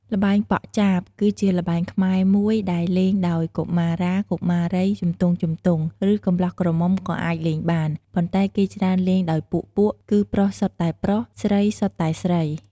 ល្បែងប៉ក់ចាប គឺជាល្បែងខ្មែរមួយដែលលេងដោយកុមារាកុមារីជំទង់ៗ ឬកម្លោះក្រមុំក៏អាចលេងបាន ប៉ុន្តែគេច្រើនលេងដោយពួកៗ គឺប្រុសសុទ្ធតែប្រុស ស្រីសុទ្ធតែស្រី។